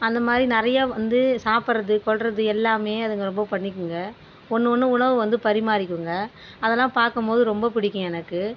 அந்த மாதிரி நெறைய வந்து சாப்டுறது கொள்றது எல்லாமே அதுங்க ரொம்ப பண்ணிக்குங்க ஒன்று ஒன்று உணவு வந்து பரிமாரிக்குங்க அதுல்லாம் பார்க்கும் போது ரொம்ப பிடிக்கும் எனக்கு